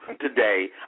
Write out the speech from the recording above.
today